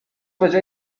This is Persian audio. بجای